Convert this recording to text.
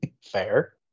fair